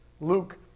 Luke